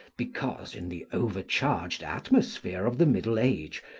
because, in the over-charged atmosphere of the middle age,